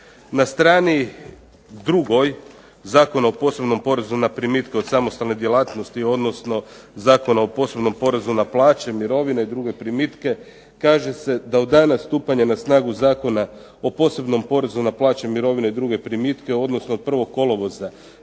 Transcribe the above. Na strani 2. Zakona o posebnom porezu na primitke od samostalne djelatnosti, odnosno Zakona o posebnom porezu na plaće, mirovine i druge primitke kaže se "Da od dana stupanja na snagu Zakona o posebnom porezu na plaće, mirovine i druge primitke odnosno od 1. kolovoza